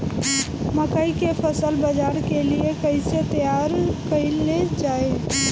मकई के फसल बाजार के लिए कइसे तैयार कईले जाए?